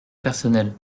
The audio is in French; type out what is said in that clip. personnelle